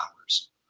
hours